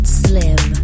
slim